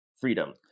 freedom